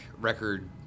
record